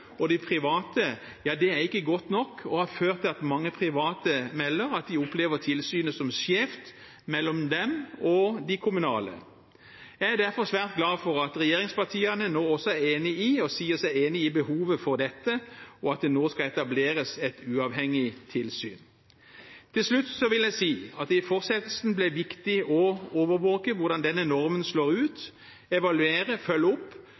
og de private, er ikke godt nok og har ført til at mange private melder at de opplever tilsynet som skjevt mellom dem og de kommunale. Jeg er derfor svært glad for a regjeringspartiene nå sier seg enig i behovet for dette, og at det nå skal etableres et uavhengig tilsyn. Til slutt vil jeg si at det i fortsettelsen blir viktig å overvåke hvordan denne normen slår ut, evaluere og følge opp